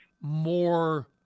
more